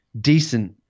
decent